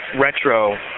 retro